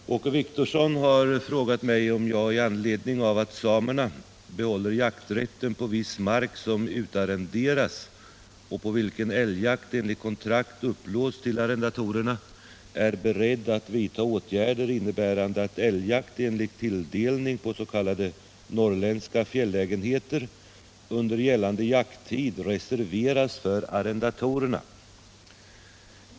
Herr talman! Åke Wictorsson har frågat mig om jag, i anledning av att samerna behåller jakträtten på viss mark som utarrenderas och på vilken älgjakt enligt kontrakt upplåts till arrendatorerna, är beredd att vidta åtgärder, innebärande att älgjakt enligt tilldelning på s.k. norrländska fjällägenheter under gällande jakttid reserveras för arrendatorerna.